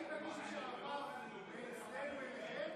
ראית מישהו שעבר מאצלנו אליכם?